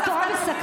ועולם התורה בסכנה,